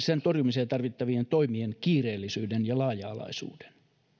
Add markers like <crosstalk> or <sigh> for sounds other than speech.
<unintelligible> sen torjumiseen tarvittavien toimien kiireellisyyden ja laaja alaisuuden